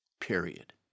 period